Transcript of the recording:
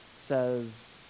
says